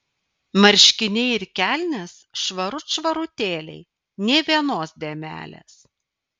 marškiniai ir kelnės švarut švarutėliai nė vienos dėmelės